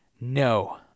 No